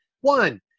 one